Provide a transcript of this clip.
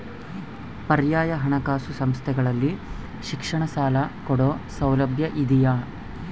ಪರ್ಯಾಯ ಹಣಕಾಸು ಸಂಸ್ಥೆಗಳಲ್ಲಿ ಶಿಕ್ಷಣ ಸಾಲ ಕೊಡೋ ಸೌಲಭ್ಯ ಇದಿಯಾ?